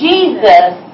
Jesus